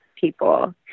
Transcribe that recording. people